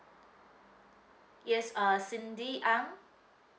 yes uh cindy ang